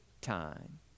time